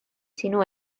sinu